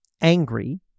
angry